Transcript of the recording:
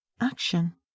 action